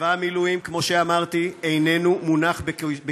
צבא המילואים, כמו שאמרתי, איננו מונח בכיסנו.